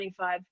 25